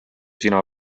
sina